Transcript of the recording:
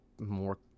more